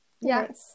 yes